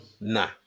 nah